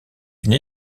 une